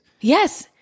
Yes